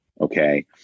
Okay